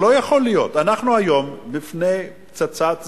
לא יכול להיות, אנחנו היום בפני פצצת זמן.